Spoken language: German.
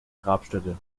grabstätte